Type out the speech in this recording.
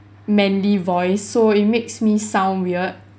manly voice so it makes me sound weird